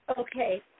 Okay